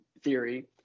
theory